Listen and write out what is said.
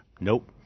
Nope